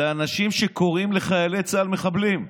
אנשים שקוראים לחיילי צה"ל "מחבלים",